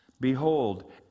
behold